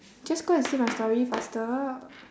just go and see my story faster